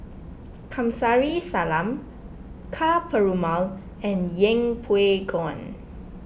Kamsari Salam Ka Perumal and Yeng Pway Ngon